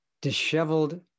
disheveled